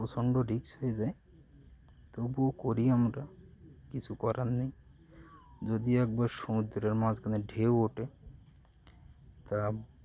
প্রচণ্ড রিক্স হয়ে যায় তবুও করি আমরা কিছু করার নেই যদি একবার সমুদ্রের মাঝখানে ঢেউ ওঠে তা